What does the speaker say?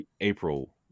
April